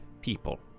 people